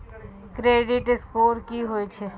Credit score की होय छै?